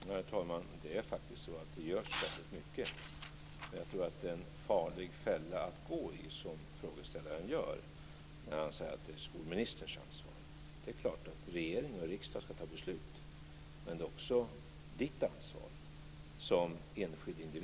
Herr talman! Det görs faktiskt väldigt mycket. Jag tror att det är en farlig fälla som frågeställaren lägger ut när han säger att det är skolministerns ansvar. Det är klart att regering och riksdag ska ta beslut, men det är också Sten Tolgfors ansvar som enskild individ.